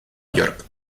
york